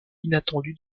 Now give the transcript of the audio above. inattendu